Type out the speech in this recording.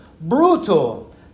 brutal